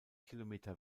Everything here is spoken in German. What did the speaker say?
kilometer